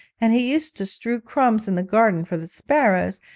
and he used to strew crumbs in the garden for the sparrows,